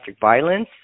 violence